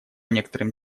некоторым